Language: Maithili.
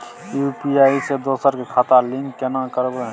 यु.पी.आई से दोसर के खाता लिंक केना करबे?